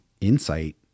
insight